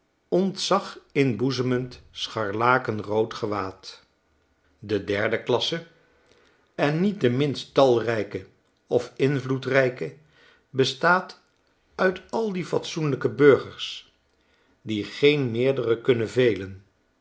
ontzaginboezemend scharlakenrood gewaad de derde klasse en niet de minst talrijke of invloedrijke bestaat uit al die fatsoenlijke burgers die geen meerdere kunnen